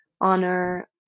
honor